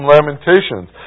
Lamentations